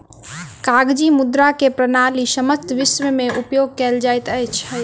कागजी मुद्रा के प्रणाली समस्त विश्व में उपयोग कयल जाइत अछि